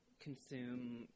consume